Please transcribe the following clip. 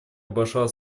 обошла